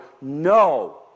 no